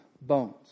bones